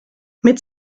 mit